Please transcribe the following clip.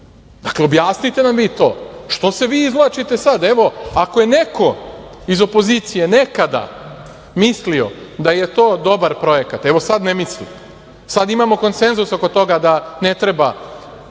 i objasnite nam vi to i što se vi izvlačite sada. Ako je neko iz opozicije nekada mislio da je to dobar projekat, evo sada ne misli, sada imamo konsensuz oko toga da ne treba